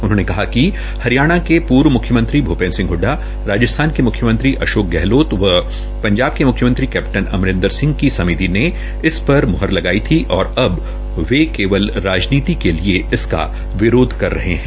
उन्होनें कहा कि हरियाणा के पूर्व म्ख्यमंत्री भूपेन्द्र सिंह हडडा राजस्थान के मुख्यमंत्री अशोक गहलोत व पंजाब के म्ख्यमंत्री कैप्टन अमरिंदर सिंह की समिति ने इस पर मुहर लगाई थी और अब वे केवल राजनीति के लिए इसका विरोध कर रहे है